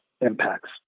impacts